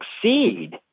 succeed